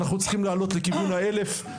אנחנו צריכים לעלות לכיוון האלף.